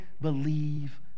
believe